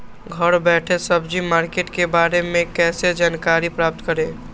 घर बैठे सब्जी मार्केट के बारे में कैसे जानकारी प्राप्त करें?